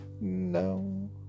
No